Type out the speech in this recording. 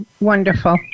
Wonderful